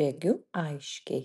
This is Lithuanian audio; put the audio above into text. regiu aiškiai